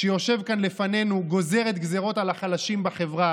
שיושב כאן לפנינו, גוזרת גזרות על החלשים בחברה.